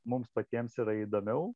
mums patiems yra įdomiau